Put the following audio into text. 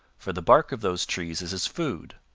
for the bark of those trees is his food.